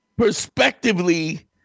perspectively